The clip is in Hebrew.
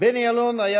אלון היה